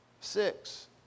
six